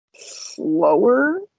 slower